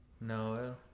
no